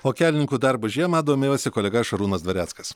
o kelininkų darbu žiemą domėjosi kolega šarūnas dvareckas